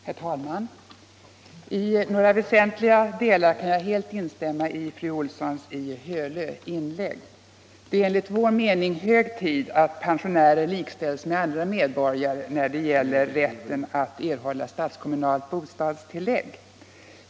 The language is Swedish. Herr talman! I några väsentliga delar kan jag helt instämma i fru Olssons i Hölö inlägg. Det är enligt vår mening hög tid att pensionärer likställs med andra medborgare när det gäller rätten att erhålla statskommunalt bostadstillägg.